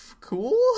cool